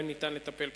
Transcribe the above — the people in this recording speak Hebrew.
שניתן לטפל בהן.